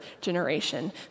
generation